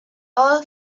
all